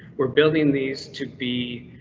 we're building these to be.